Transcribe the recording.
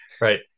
Right